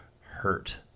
hurt